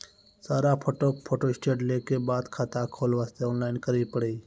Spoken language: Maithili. सारा फोटो फोटोस्टेट लेल के बाद खाता खोले वास्ते ऑनलाइन करिल पड़ी?